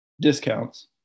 discounts